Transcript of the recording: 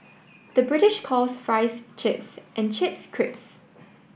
the British calls fries chips and chips crisps